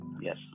yes